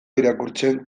irakurtzen